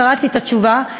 קראתי את התשובה,